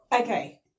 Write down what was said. okay